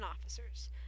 officers